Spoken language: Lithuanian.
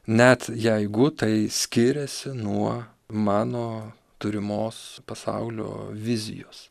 net jeigu tai skiriasi nuo mano turimos pasaulio vizijos